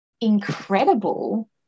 incredible